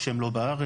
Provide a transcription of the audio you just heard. שהם לא בארץ.